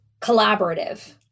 collaborative